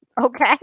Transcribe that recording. Okay